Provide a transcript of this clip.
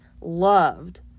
loved